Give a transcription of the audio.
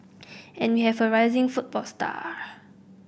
and we have a rising football star